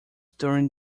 during